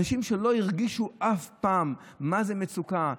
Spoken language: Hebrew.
אנשים שלא הרגישו אף פעם מה זו מצוקה,